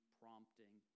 prompting